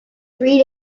three